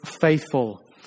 faithful